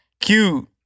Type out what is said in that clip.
Cute